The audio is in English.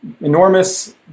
enormous